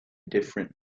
different